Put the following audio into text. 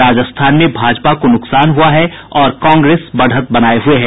राजस्थान में भाजपा को नुकसान हुआ है और कांग्रेस बढ़त बनाये हुए है